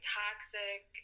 toxic